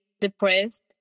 depressed